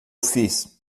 fiz